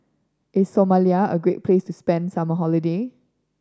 is Somalia a great place to spend the summer holiday